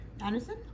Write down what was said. Anderson